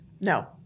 No